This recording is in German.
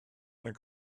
dann